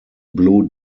blue